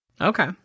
Okay